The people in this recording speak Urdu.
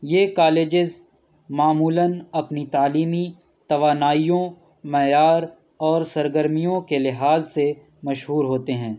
یہ کالجیز معمولاً اپنی تعلیمی توانائیوں معیار اور سرگرمیوں کے لحاظ سے مشہور ہوتے ہیں